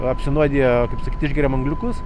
apsinuodiję kad išgeriam angliukus